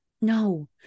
No